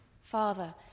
Father